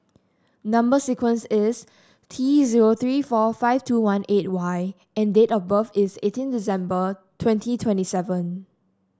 number sequence is T zero three four five two one eight Y and date of birth is eighteen December twenty twenty seven